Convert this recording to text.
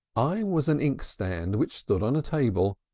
i was an inkstand, which stood on a table,